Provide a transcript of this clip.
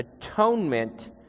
atonement